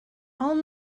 all